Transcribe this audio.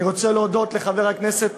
אני רוצה להודות לחבר הכנסת